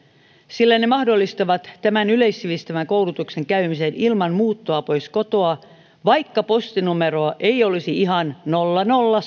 sillä ne mahdollistavat tämän yleissivistävän koulutuksen käymisen ilman muuttoa pois kotoa vaikka postinumero ei olisi ihan nolla nolla